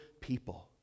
people